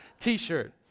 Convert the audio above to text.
T-shirt